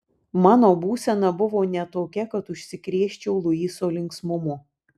mano būsena buvo ne tokia kad užsikrėsčiau luiso linksmumu